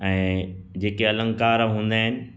ऐं जेके अलंकार हूंदा आहिनि